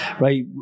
right